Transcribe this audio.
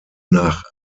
nach